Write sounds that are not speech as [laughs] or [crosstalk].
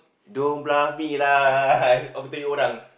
don't bluff me [laughs] lah I aku tengok orang